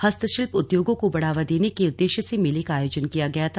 हस्तशिल्प उद्योगों को बढ़ावा देने के उद्देश्य से मेले का आयोजन किया गया था